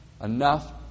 enough